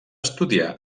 estudià